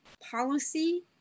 policy